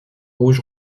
rouge